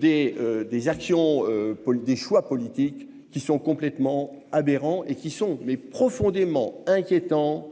des des actions Paul des choix politiques qui sont complètement aberrants et qui sont mais profondément inquiétant